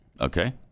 Okay